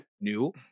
new